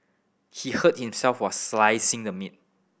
he hurt himself while slicing the meat